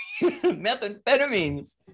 methamphetamines